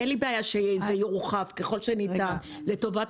אין לי בעיה שזה יורחב ככל שניתן לטובת